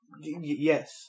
Yes